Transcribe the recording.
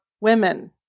women